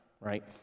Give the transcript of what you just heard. right